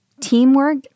Teamwork